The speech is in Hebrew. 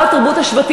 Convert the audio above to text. מזמן.